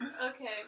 Okay